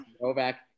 Novak